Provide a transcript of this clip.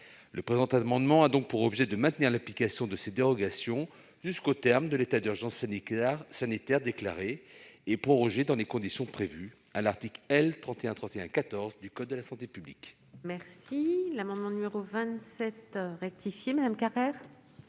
Le présent amendement a donc pour objet de maintenir l'application de ces dérogations jusqu'au terme de l'état d'urgence sanitaire déclaré et prorogé dans les conditions prévues à l'article L. 3131-14 du code de la santé publique. La parole est à Mme Maryse Carrère,